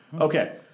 Okay